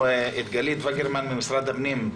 וידרמן ממשרד הפנים?